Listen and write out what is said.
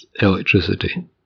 electricity